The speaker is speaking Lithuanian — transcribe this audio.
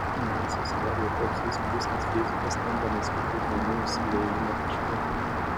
man susidarė toks įspūdis kad feisbukas tampa nesveikų žmonių išsiliejimo tašku